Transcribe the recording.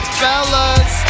fellas